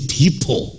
people